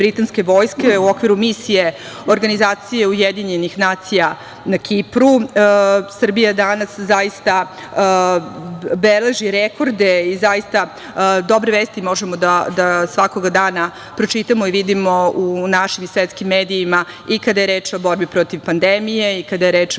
britanske vojske u okviru Misije UN na Kipru. Srbija danas zaista beleži rekorde i dobre vesti možemo da svakoga dana pročitamo i vidimo u našim i svetskim medijima i kada je reč o borbi protiv pandemije i kada je reč